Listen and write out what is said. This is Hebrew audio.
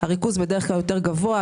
הריכוז בדרך כלל יותר גבוה,